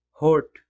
hurt